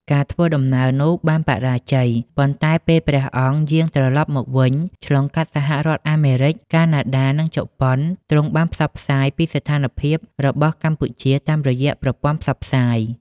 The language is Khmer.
ការធ្វើដំណើរនោះបានបរាជ័យ ប៉ុន្តែពេលព្រះអង្គយាងត្រឡប់មកវិញ ឆ្លងកាត់សហរដ្ឋអាមេរិក កាណាដា និងជប៉ុន ទ្រង់បានផ្សព្វផ្សាយពីស្ថានភាពរបស់កម្ពុជាតាមរយៈប្រព័ន្ធផ្សព្វផ្សាយ។